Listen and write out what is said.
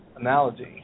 analogy